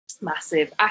massive